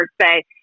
say